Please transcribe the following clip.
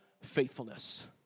faithfulness